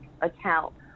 account